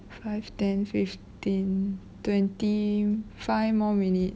five ten fifteen twenty five more minute